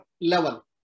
level